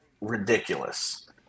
ridiculous